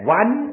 one